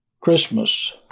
Christmas